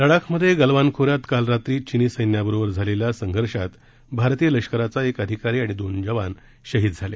लड्डाखमध्ये गलवान खोऱ्यात काल रात्री चिनी सैन्याबरोबर झालेल्या संघर्षामध्ये भारतीय लष्कराचा एक अधिकारी आणि दोन जवान शहीद झाले